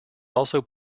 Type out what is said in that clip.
also